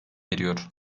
eriyor